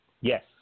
Yes